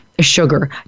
sugar